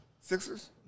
Sixers